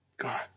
God